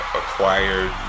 acquired